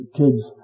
kids